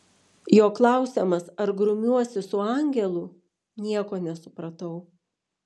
jo klausiamas ar grumiuosi su angelu nieko nesupratau